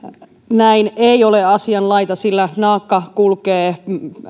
näin ei ole asianlaita sillä naakka kulkee